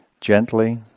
gently